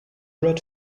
red